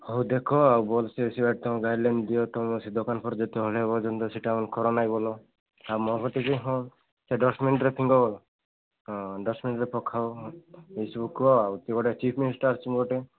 ହଉ ଦେଖ ଆଉ ଗାଇଡଲାଇନ୍ ଦିଅ ତମ ସେ ଦୋକାନ ସେଇଟା ଡଷ୍ଟବିନ୍ରେ ପକାଅ ଏସବୁ କୁହ ଆଉ ଗୋଟେ ଚିଫ୍ ମିନିଷ୍ଟର ଆସୁଛନ୍ତି ଗୋଟେ